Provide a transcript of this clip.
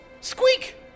Squeak